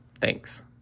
Thanks